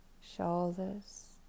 shoulders